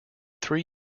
three